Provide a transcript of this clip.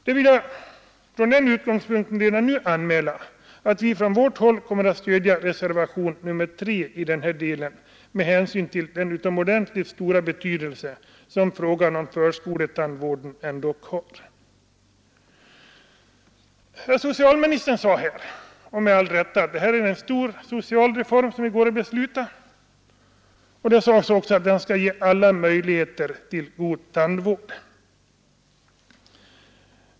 Jag får från den utgångspunkten anmäla att vi från vårt håll kommer att stödja reservation 3 i den här delen med hänsyn till den utomordentligt stora betydelse som frågan om förskoletandvården ändå har. Herr socialministern sade — och med rätta — att det här är en stor reform som vi går att besluta om, och det framhölls också att den kan ge alla möjligheter till god tandvård.